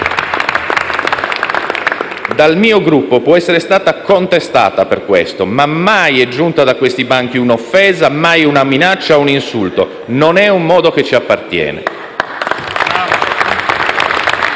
Dal mio Gruppo può essere stata contestata per questo, ma mai è giunta da questi banchi un'offesa, mai una minaccia o un insulto: non è un modo che ci appartiene. *(Applausi